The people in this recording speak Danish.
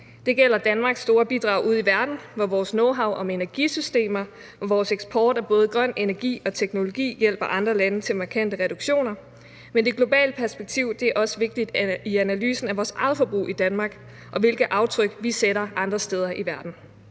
Det gælder Danmarks store bidrag ude i verden, hvor vores knowhow om energisystemer og vores eksport af både grøn energi og teknologi hjælper andre lande til markante reduktioner, men det globale perspektiv er også vigtigt i analysen af vores eget forbrug i Danmark, og i forhold til hvilke aftryk vi sætter andre steder i verden.